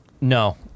No